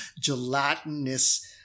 gelatinous